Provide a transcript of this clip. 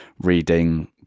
reading